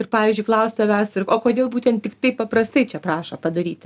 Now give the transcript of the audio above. ir pavyzdžiui klaust savęs ir o kodėl būtent tik taip paprastai čia prašo padaryti